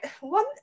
one